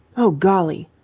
oh, golly!